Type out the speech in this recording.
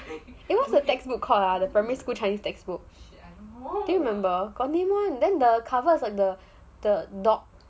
eh what's the textbook called ah the primary school chinese textbooks do you remember got name [one] then the cover is like the the dog